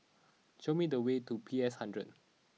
show me the way to P S hundred